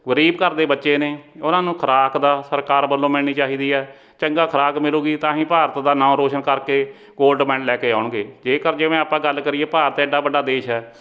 ਗਰੀਬ ਘਰ ਦੇ ਬੱਚੇ ਨੇ ਉਹਨਾਂ ਨੂੰ ਖੁਰਾਕ ਦਾ ਸਰਕਾਰ ਵੱਲੋਂ ਮਿਲਣੀ ਚਾਹੀਦੀ ਹੈ ਚੰਗਾ ਖੁਰਾਕ ਮਿਲੂਗੀ ਤਾਂ ਹੀ ਭਾਰਤ ਦਾ ਨਾਉਂ ਰੋਸ਼ਨ ਕਰਕੇ ਗੋਲਡ ਮੈਡਲ ਲੈ ਕੇ ਆਉਣਗੇ ਜੇਕਰ ਜਿਵੇਂ ਆਪਾਂ ਗੱਲ ਕਰੀਏ ਭਾਰਤ ਏਡਾ ਵੱਡਾ ਦੇਸ਼ ਹੈ